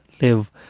Live